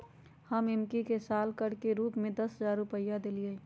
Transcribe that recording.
हम एम्की के साल कर के रूप में दस हज़ार रुपइया देलियइ